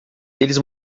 eles